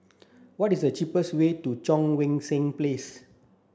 what is the cheapest way to Cheang Wan Seng Place